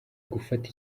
gufata